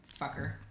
fucker